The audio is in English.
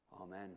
Amen